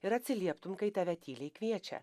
ir atsilieptum kai tave tyliai kviečia